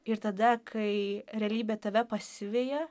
ir tada kai realybė tave pasiveja